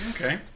Okay